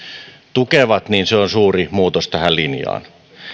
tukevat on suuri muutos tähän linjaan